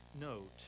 note